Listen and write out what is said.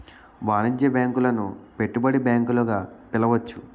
వాణిజ్య బ్యాంకులను పెట్టుబడి బ్యాంకులు గా పిలవచ్చు